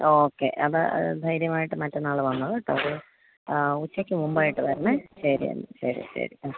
okay അപ്പം ധൈര്യമായിട്ട് മറ്റന്നാൾ വന്നോളൂ കേട്ടോ അത് ഉച്ചയ്ക്ക് മുമ്പായിട്ട് വരണേ ശരിയെന്നാൽ ശരി ശരി ആ